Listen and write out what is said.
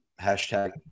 Hashtag